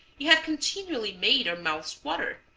you have continually made our mouths water.